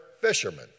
fishermen